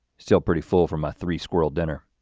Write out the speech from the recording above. still pretty full from my three squirrel dinner.